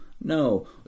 no